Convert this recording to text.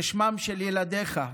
כשמם של ילדיך,